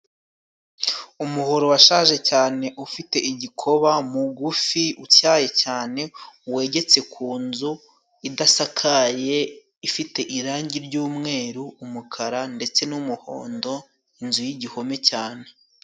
Umuhoro washaje cyane ufite igikoba, mugufi utyaye cyane, wegetse ku nzu idasakaye, ifite irangi ry'umweru, umukara ndetse n'umuhondo, inzu y'igihome cyane.